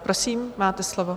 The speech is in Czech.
Prosím, máte slovo.